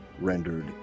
rendered